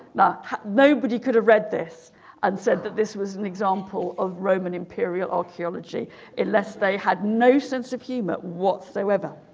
now nobody could have read this and said that this was example of roman imperial archaeology unless they had no sense of humor whatsoever